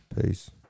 Peace